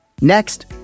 Next